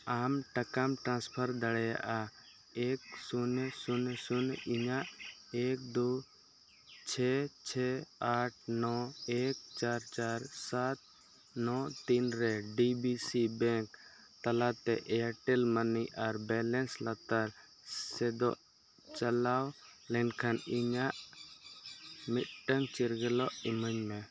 ᱟᱢ ᱴᱟᱠᱟᱢ ᱴᱨᱟᱱᱥᱯᱷᱟᱨ ᱫᱟᱲᱮᱭᱟᱜᱼᱟ ᱮᱠ ᱥᱩᱱᱱᱚ ᱥᱩᱱᱱᱚ ᱥᱩᱱᱱᱚ ᱮᱠ ᱫᱩ ᱪᱷᱮ ᱪᱷᱮ ᱟᱴ ᱱᱚ ᱮᱠ ᱪᱟᱨ ᱪᱟᱨ ᱥᱟᱛ ᱱᱚ ᱛᱤᱱᱨᱮ ᱰᱤ ᱵᱤ ᱥᱤ ᱵᱮᱝᱠ ᱛᱟᱞᱟᱛᱮ ᱮᱭᱟᱨᱴᱮᱞ ᱢᱟᱱᱤ ᱟᱨ ᱵᱮᱞᱮᱱᱥ ᱞᱟᱛᱟᱨ ᱥᱮᱫᱚᱜ ᱪᱟᱞᱟᱣ ᱞᱮᱱᱠᱷᱟᱱ ᱤᱧᱟᱹᱜ ᱢᱤᱫᱴᱟᱝ ᱪᱤᱨᱜᱟᱹᱞ ᱮᱢᱟᱹᱧ ᱢᱮ